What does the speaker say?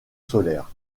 solaires